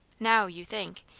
now, you think!